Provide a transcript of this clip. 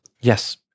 Yes